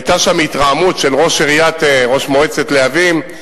היתה שם התרעמות של ראש מועצת להבים,